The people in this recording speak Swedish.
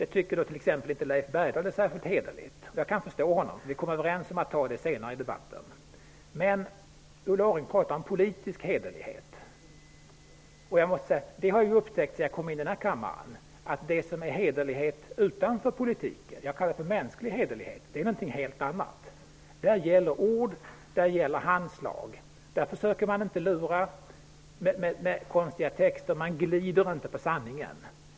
Det tycker nog inte Leif Bergdahl är särskilt hederligt, och jag kan förstå honom. Vi kom överens om att diskutera den frågan senare i debatten. Ulla Orring talade om politisk hederlighet. Sedan jag kom in i den här kammaren har jag fått lära mig att det som är hederlighet -- jag kallar det för mänsklig hederlighet -- utanför politiken är någonting helt annat. Där gäller ord och handslag. Man försöker inte luras genom konstiga texter och man glider inte på sanningen.